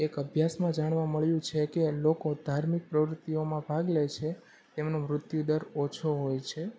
એક અભ્યાસમાં જાણવા મળ્યું છે કે લોકો ધાર્મિક પ્રવૃત્તિઓમાં ભાગ લે છે તેમનો મૃત્યુદર ઓછો હોય છે